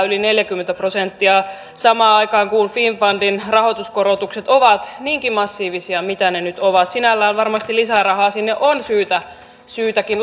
yli neljäkymmentä prosenttia samaan aikaan kun finnfundin rahoituskorotukset ovat niinkin massiivisia kuin ne nyt ovat sinällään varmasti lisää rahaa sinne on syytäkin